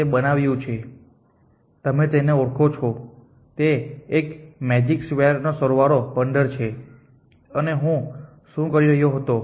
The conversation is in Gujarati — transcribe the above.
મેં તે બનાવ્યું છે તમે તેને ઓળખો છો તે એક મેજીક સ્ક્વેર છે જેનો સરવાળો 15 છે અને હું શું કરી રહ્યો હતો